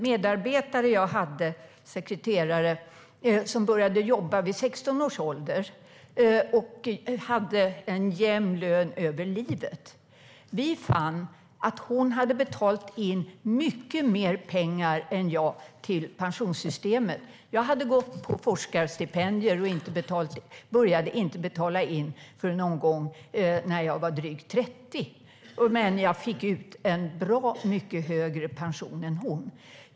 Min sekreterare hade börjat jobba vid 16 års ålder och hade en jämn lön över livet. Vi fann att hon hade betalat in mycket mer pengar till pensionssystemet än jag. Jag hade gått på forskarstipendier och började inte betala in förrän jag var drygt 30. Men jag fick ut en bra mycket högre pension än hon.